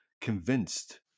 convinced